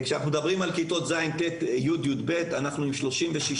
כשאנחנו מדברים על כיתות ז' ט' ו-י' י"ב אנחנו עם 36%